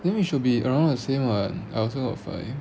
then we shall be around the same [what] I also got five